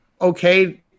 okay